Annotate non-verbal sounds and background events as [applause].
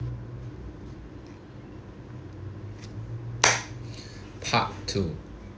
[noise] part two